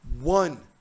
one